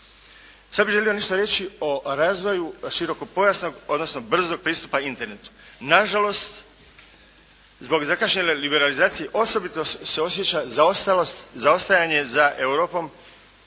Sada bih želio nešto reći o razvoju širokopojasnog, odnosno brzog pristupa Internetu. Nažalost, zbog zakašnjele liberalizacije osobito se osjeća zaostajanje za Europom